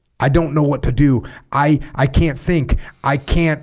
i don't know what to do i i can't think i can't